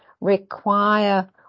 require